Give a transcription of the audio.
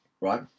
right